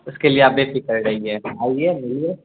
اس کے لیے آپ بے فکر رہیے آئیے آئیے